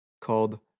called